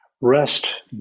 rest